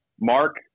Mark